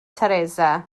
teresa